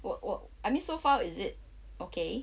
!wah! !wah! I mean so far is it okay